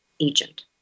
agent